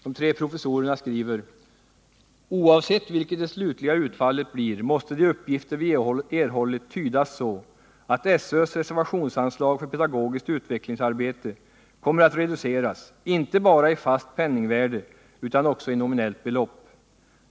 De tre professorerna skriver: ”Oavsett vilket det slutliga utfallet blir måste de uppgifter vi erhållit tydas så att SÖ:s reservationsanslag för pedagogiskt utvecklingsarbete kommer att reduceras inte bara i fast penningvärde utan också i nominellt belopp.